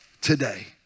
today